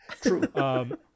True